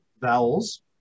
vowels